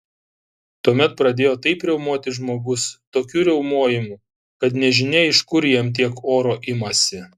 tuomet pradėjo taip riaumoti žmogus tokiu riaumojimu kad nežinia iš kur jam tiek oro imasi